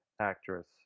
actress